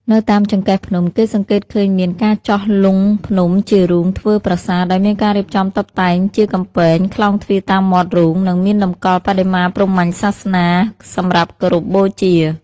នៅតាមចង្កេះភ្នំ គេសង្កេតឃើញមានការចោះលុងភ្នំជារូងធ្វើប្រាសាទ ដោយមានការរៀបចំតុបតែងជាកំពែង ក្លោងទ្វារតាមមាត់រូង និងមានតម្កល់បដិមាព្រហ្មញ្ញសាសនាសម្រាប់គោរពបូជា។